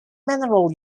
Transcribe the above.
mineral